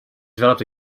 developed